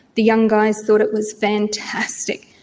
the young guys thought it was fantastic.